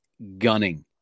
gunning